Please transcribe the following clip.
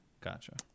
Gotcha